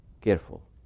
careful